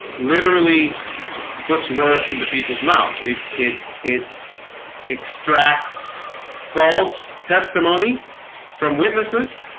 literally puts words into people's mouths it it it extracts false testimony from witnesses